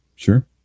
Sure